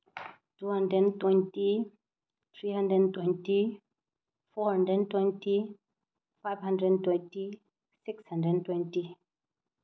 two hundred and twenty three hundred and twenty four hundred and twenty five hundred and twenty six hundred and twenty